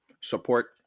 support